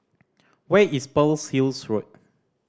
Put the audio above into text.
where is Pearl's Hill Road